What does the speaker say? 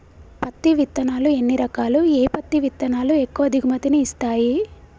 పత్తి విత్తనాలు ఎన్ని రకాలు, ఏ పత్తి విత్తనాలు ఎక్కువ దిగుమతి ని ఇస్తాయి?